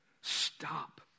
Stop